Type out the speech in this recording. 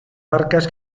barcas